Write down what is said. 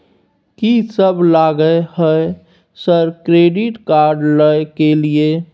कि सब लगय हय सर क्रेडिट कार्ड लय के लिए?